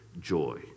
joy